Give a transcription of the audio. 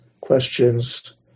questions